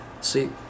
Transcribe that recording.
see